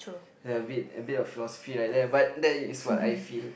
a bit a bit of philosophy like that but that is what I feel